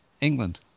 England